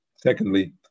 Secondly